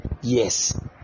Yes